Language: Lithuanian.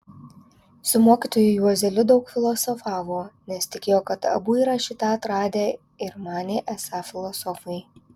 su mokytoju juozeliu daug filosofavo nes tikėjo kad abu yra šį tą atradę ir manė esą filosofai